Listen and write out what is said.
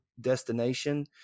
destination